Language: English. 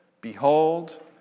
Behold